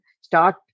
start